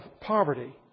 poverty